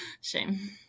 shame